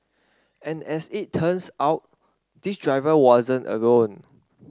and as it turns out this driver wasn't alone